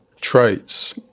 traits